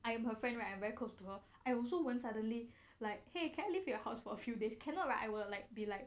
I am her friend right very close to her I also won't suddenly like !hey! you can live your house for a few days cannot right I will be like